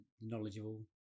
knowledgeable